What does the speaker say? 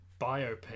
biopic